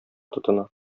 тотына